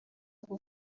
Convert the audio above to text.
bwo